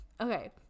Okay